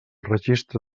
registre